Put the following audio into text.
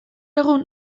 egun